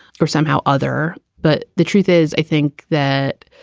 for somehow other. but the truth is, i think that